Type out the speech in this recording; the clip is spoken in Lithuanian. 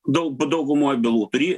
daug daugumoj bylų turi